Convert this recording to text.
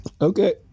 Okay